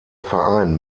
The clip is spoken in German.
verein